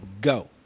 go